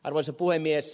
arvoisa puhemies